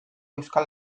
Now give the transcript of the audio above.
euskal